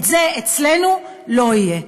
זה אצלנו לא יהיה.